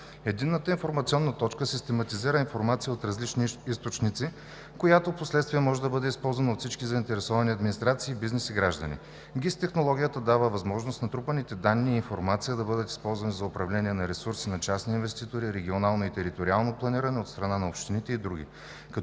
Единната информационна точка систематизира информация от различни източници, която впоследствие може да бъде използвана от всички заинтересовани администрации, бизнес и граждани. ГИС технологията дава възможност натрупаните данни и информация да бъдат използвани за управление на ресурси на частни инвеститори, регионално и териториално планиране от страна на общините и други, като